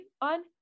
on